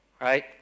right